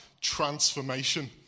transformation